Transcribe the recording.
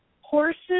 Horses